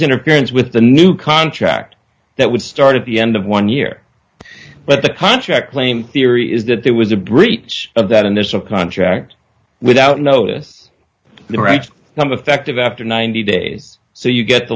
interference with the new contract that would start at the end of one year but the contract claim theory is that there was a breach of that and there's a contract without notice the right number effect of after ninety days so you get the